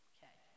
Okay